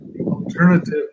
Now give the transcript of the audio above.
alternative